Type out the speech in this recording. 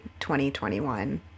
2021